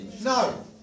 No